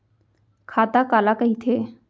खाता काला कहिथे?